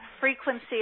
frequency